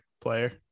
player